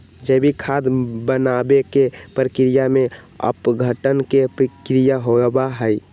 जैविक खाद बनावे के प्रक्रिया में अपघटन के क्रिया होबा हई